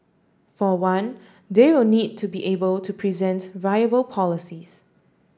for one they will need to be able to present viable policies